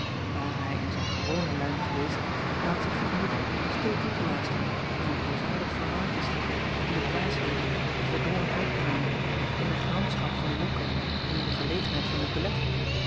are hij in zijn gewonen luim geweest hij had zich vergenoegd stil toe te luisteren en een boosaardig vermaak te scheppen in de dwaasheden die erdrongen uitkraamde in de gramschap van den onker en in de verlegenheid van icolette